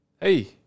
Hey